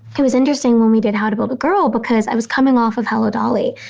it was interesting when we did how to build a girl because i was coming off of hello dolly.